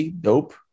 Dope